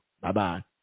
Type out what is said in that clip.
Bye-bye